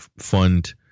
fund